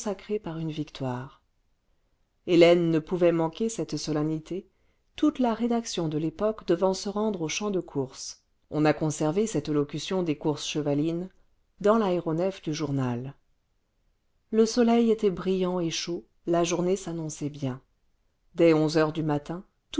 par une victoire hélène ne pouvait manquer cette solennité toute la rédaction de y époque devant se rendre au champ de course on a conservé cette locution des courses chevalines dans l'aéronef du journal le soleil était brillant et chaud la journée s'annonçait bien dès onze heures du matin tout